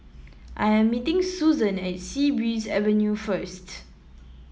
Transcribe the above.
I am meeting Suzan at Sea Breeze Avenue first